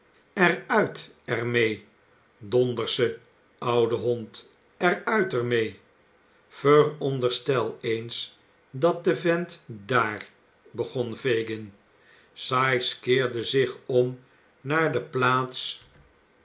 uit er mee dondersche oude hond er uit er mee vooronderstel eens dat de vent daar begon fagin sikes keerde zich om naar de plaats